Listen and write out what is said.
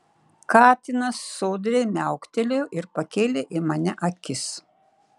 katinas sodriai miauktelėjo ir pakėlė į mane akis